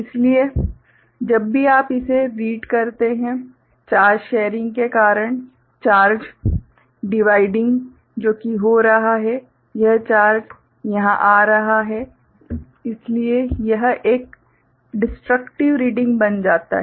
इसलिए जब भी आप इसे रीड करते हैं चार्ज शेयरिंग के कारण चार्ज डिवाइडिंग जो कि हो रहा है यह चार्ज यहां आ रहा है इसलिए यह एक डिस्ट्रक्टिव रीडिंग बन जाता है